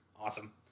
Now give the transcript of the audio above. Awesome